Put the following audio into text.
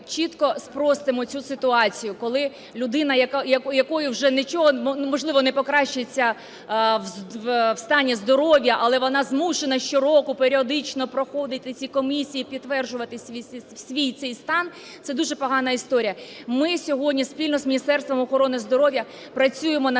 чітко спростимо цю ситуацію, коли людина, в якої вже нічого, можливо, не покращиться в стані здоров'я, але вона змушена щороку періодично проходити ці комісії, підтверджувати свій цей стан, – це дуже погана історія. Ми сьогодні спільно з Міністерством охорони здоров'я працюємо над